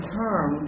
term